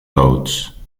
loods